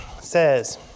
says